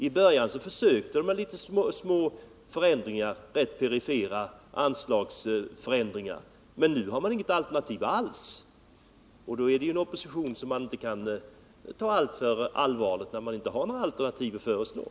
I början försökte ni med rätt perifera anslagsförändringar, men nu har ni inget alternativ alls. Och en opposition som inte har något alternativ att föreslå kan man inte ta så allvarligt.